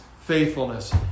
faithfulness